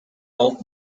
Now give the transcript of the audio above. old